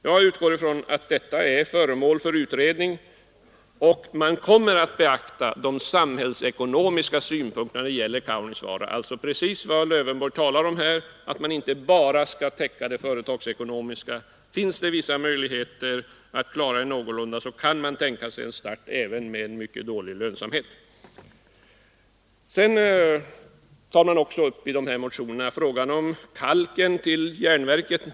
Jag utgår från att allt detta är föremål för utredning och att man kommer att beakta de samhällsekonomiska synpunkterna när det gäller Kaunisvaara; det är precis vad herr Lövenborg talar om — att man inte bara skall tänka på att det hela skall gå ihop rent företagsekonomiskt utan att man skulle kunna tänka sig att starta gruvbrytning även med mycket dålig lönsamhet. Sedan tar motionärerna också upp frågan om kalken till järnverket.